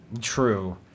True